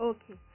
Okay